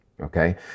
okay